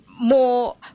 more